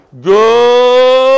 Go